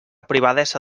privadesa